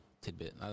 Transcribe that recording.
Tidbit